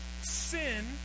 sin